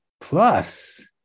plus